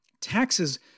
taxes